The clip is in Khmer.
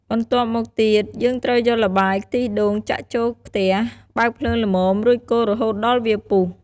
បន្ទាប់មកទៀត យើងត្រូវយកល្បាយខ្ទិះដូងចាក់ចូលខ្ទះ បើកភ្លើងល្មម រួចកូររហូតដល់វាពុះ។